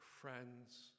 friends